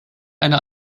eine